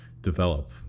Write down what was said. develop